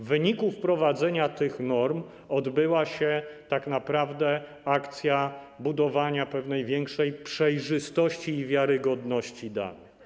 W wyniku wprowadzenia tych norm odbyła się tak naprawdę akcja budowania pewnej większej przejrzystości i wiarygodności danych.